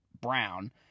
Brown